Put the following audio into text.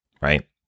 right